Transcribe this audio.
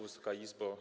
Wysoka Izbo!